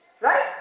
right